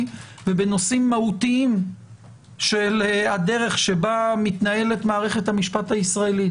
ובנושאים מהותיים של הדרך שבה מתנהלת מערכת המשפט הישראלית.